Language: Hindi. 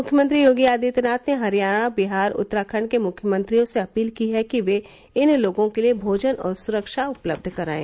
मुख्यमंत्री योगी आदित्यनाथ ने हरियाणा बिहार उत्तराखण्ड के मुख्यमंत्रियों से अपील की है कि वे इन लोगों के लिए भोजन और सुरक्षा उपलब्ध कराएं